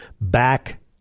back